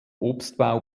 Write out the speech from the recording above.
obstbau